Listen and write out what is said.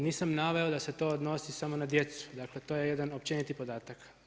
Nisam naveo da se to odnosi samo na djecu, dakle, to je jedan općeniti podatak.